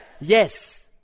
Yes